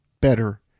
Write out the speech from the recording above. better